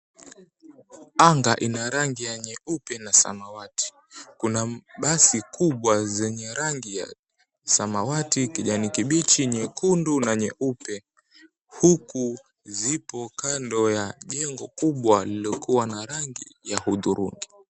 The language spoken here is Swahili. Anga ina rangi ya nyeupe na samawati. Kuna basi kubwa zenye rangi ya samawati, kijani kibichi, nyekundu na nyeupe huku zipo kando ya jengo kubwa lililokuwa na rangi ya hudhurungi.